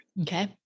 Okay